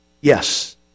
Yes